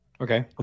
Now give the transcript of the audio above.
Okay